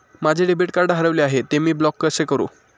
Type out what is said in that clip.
माझे debit card हरविले आहे, ते मी ब्लॉक कसे करु?